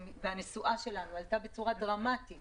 הנסועה שלנו עלתה בצורה דרמטית